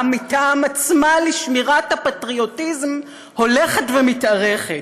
מטעם עצמה לשמירת הפטריוטיזם הולכת ומתארכת?